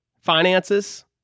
finances